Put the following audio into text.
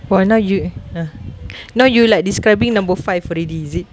!wah! now you uh now you like describing number five already is it